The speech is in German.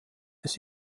des